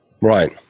Right